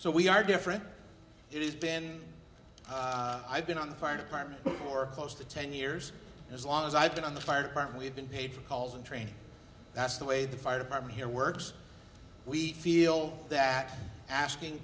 so we are different it has been i've been on the fire department for close to ten years as long as i've been on the fire department we've been paid for calls and training that's the way the fire department here works we feel that asking